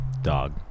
dog